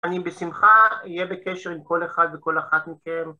אני בשמחה, אהיה בקשר עם כל אחד וכל אחת מכם.